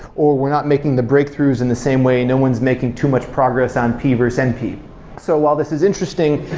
or we're not making the breakthroughs in the same way and no one's making too much progress on p versus np so while this is interesting,